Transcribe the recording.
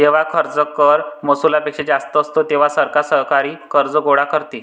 जेव्हा खर्च कर महसुलापेक्षा जास्त असतो, तेव्हा सरकार सरकारी कर्ज गोळा करते